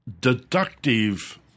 deductive